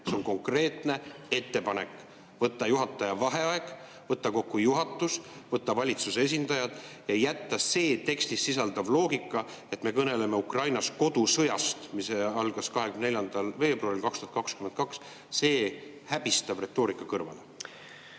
See on konkreetne ettepanek: võtta juhataja vaheaeg, võtta kokku juhatus, võtta valitsuse esindajad ja jätta see tekstis sisalduv loogika, et me kõneleme Ukraina kodusõjast, mis algas 24. veebruaril 2022, see häbistav retoorika, kõrvale.